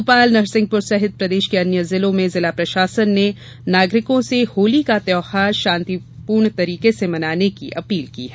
भोपाल नरसिंहपुर सहित प्रदेश के अन्य जिलों में जिला प्रशासन ने नागरिकों से होली का त्यौहार शांतिप्रय तरीके से मनाने की अपील की है